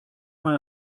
mal